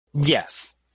Yes